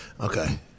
Okay